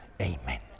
Amen